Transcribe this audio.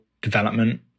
development